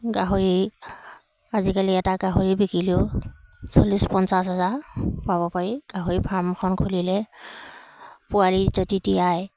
গাহৰি আজিকালি এটা গাহৰি বিকিলেও চল্লিছ পঞ্চাছ হাজাৰ পাব পাৰি গাহৰি ফাৰ্মখন খুলিলে পোৱালি যদি দিয়াই